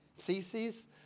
theses